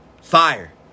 Fire